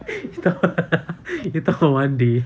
you thought one day